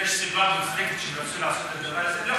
יש סיבה מוצדקת שהם רצו לעשות את זה?